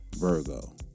Virgo